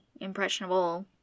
impressionable